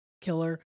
killer